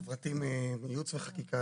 חברתי מייעוץ וחקיקה